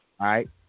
right